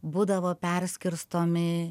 būdavo perskirstomi